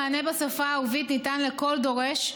המענה בשפה הערבית ניתן לכל דורש,